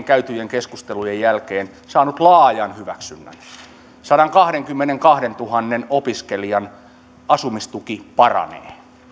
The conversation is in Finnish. käytyjen keskustelujen jälkeen saanut laajan hyväksynnän sadankahdenkymmenenkahdentuhannen opiskelijan asumistuki paranee